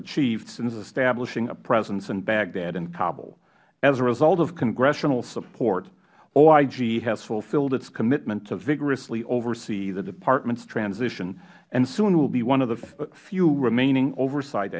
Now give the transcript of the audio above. achieved since establishing a presence in baghdad and kabul as a result of congressional support oig has fulfilled its commitment to vigorously oversee the departments transition and soon will be one of the few remaining oversight